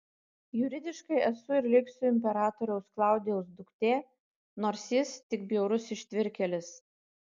juridiškai esu ir liksiu imperatoriaus klaudijaus duktė nors jis tik bjaurus ištvirkėlis